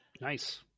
Nice